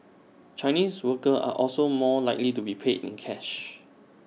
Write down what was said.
Chinese workers are also more likely to be paid in cash